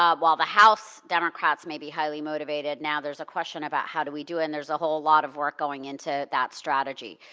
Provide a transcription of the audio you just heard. um while the house democrats may be highly motivated, now there's a question about how do we do it, and there's a whole lot of work going into that strategy.